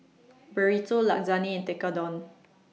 Burrito Lasagne and Tekkadon